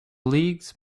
leagues